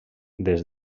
des